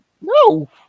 No